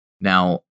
Now